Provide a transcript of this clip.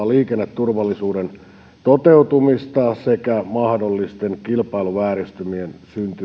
liikenneturvallisuuden toteutumista sekä puuttumaan mahdollisten kilpailuvääristymien